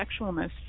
sexualness